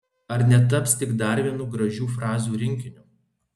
ar netaps tik dar vienu gražių frazių rinkiniu